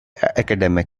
academic